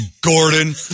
Gordon